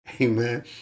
Amen